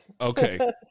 Okay